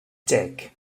dick